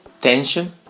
tension